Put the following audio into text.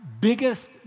biggest